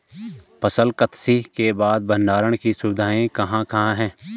फसल कत्सी के बाद भंडारण की सुविधाएं कहाँ कहाँ हैं?